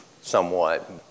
somewhat